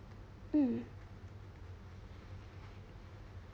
mm